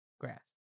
grass